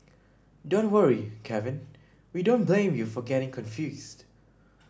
don't worry Kevin we don't blame you for getting confused